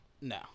No